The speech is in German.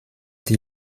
die